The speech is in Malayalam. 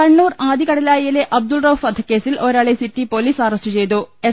കണ്ണൂർ ആദികടലായിയിലെ അബ്ദുൾ റൌഫ് വധക്കേസിൽ ഒരാളെ സിറ്റി പോലീസ് അറസ്റ്റ് ചെയ്തു എസ്